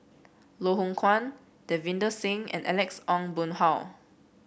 Loh Hoong Kwan Davinder Singh and Alex Ong Boon Hau